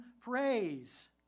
praise